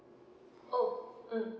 oh mm